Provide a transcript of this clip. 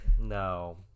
no